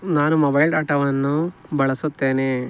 ನಾನು ಮೊಬೈಲ್ ಡಾಟಾವನ್ನು ಬಳಸುತ್ತೇನೆ